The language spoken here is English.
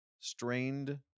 strained